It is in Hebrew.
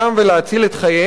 להציל את חייהם?